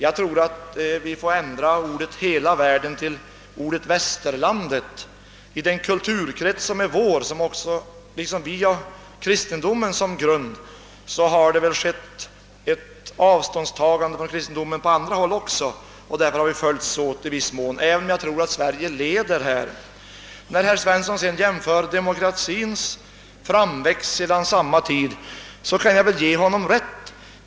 Jag tror att vi får ändra uttrycket hela världen till ordet Västerlandet. I den kulturkrets, som liksom vi har kristendomen som grund, har väl skett ett avståndstagande från kristendomen även på andra håll. Därför har vi i viss mån följts åt, även om jag tror att Sverige härvidlag leder utvecklingen. När herr Svensson sedan jämför demokratins framväxt under samma tid, måste jag ge honom rätt.